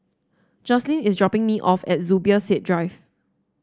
Joslyn is dropping me off at Zubir Said Drive